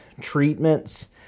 treatments